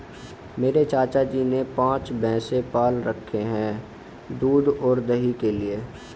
मेरे चाचा जी ने पांच भैंसे पाल रखे हैं दूध और दही के लिए